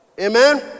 Amen